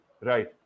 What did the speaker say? right